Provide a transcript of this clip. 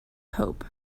hope